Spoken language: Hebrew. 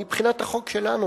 מבחינת החוק שלנו.